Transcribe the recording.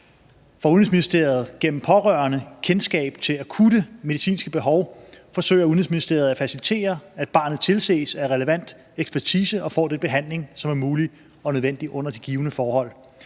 Får Udenrigsministeriet gennem pårørende kendskab til akutte medicinske behov, forsøger Udenrigsministeriet at facilitere, at barnet tilses af folk med relevant ekspertise og får den behandling, som er mulig og nødvendig under de givne forhold.